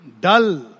dull